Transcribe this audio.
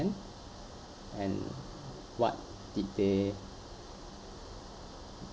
and what did they